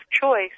choice